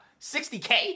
60K